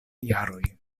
jaroj